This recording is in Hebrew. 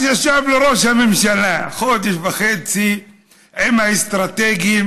אז ישב לו ראש הממשלה חודש וחצי עם האסטרטגים